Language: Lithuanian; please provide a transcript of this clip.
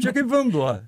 čia kaip vanduo